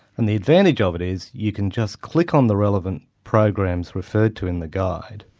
and the advantage of it is you can just click on the relevant programs referred to in the guide,